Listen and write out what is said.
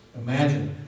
imagine